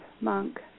monk